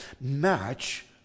match